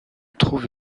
trouve